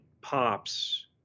pops